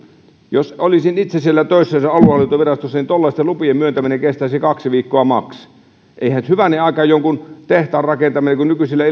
jos olisin itse töissä siellä aluehallintovirastossa tuollaisten lupien myöntäminen kestäisi kaksi viikkoa maks eihän nyt hyvänen aika jonkun tehtaan rakentamiseen kun nykyisillä